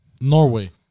Norway